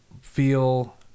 Feel